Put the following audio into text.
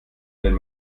wenn